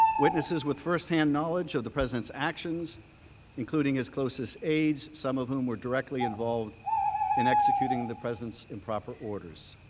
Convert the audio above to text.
witnesses with firsthand knowledge of the president's actions including his closest aids some of whom were directly involved in executing the president's ill proper orders,